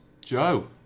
Joe